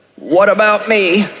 what about me,